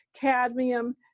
cadmium